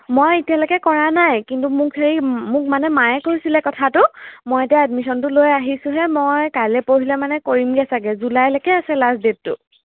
মই এতিয়ালৈকে কৰা নাই কিন্তু মোক হেৰি মোক মানে মায়ে কৈছিলে কথাটো মই এতিয়া এডমিশ্বনটো লৈ আহিছোঁহে মই কাইলৈ পৰহিলৈ মানে কৰিমগৈ চাগে জুলাইলৈকে আছে লাষ্ট ডেটটো